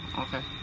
okay